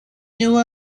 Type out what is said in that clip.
knew